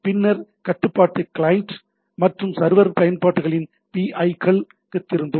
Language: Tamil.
பின்னர் கட்டுப்பாடு கிளையன்ட் மற்றும் சர்வர் பயன்பாடுகளின் பிஐக்களுக்குத் திரும்பும்